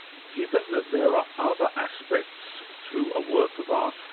given that there are other aspects to a work of art,